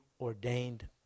ordained